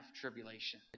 tribulation